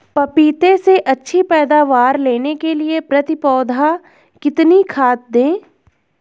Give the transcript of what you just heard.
पपीते से अच्छी पैदावार लेने के लिए प्रति पौधा कितनी खाद दें?